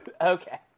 Okay